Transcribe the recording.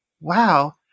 wow